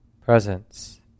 presence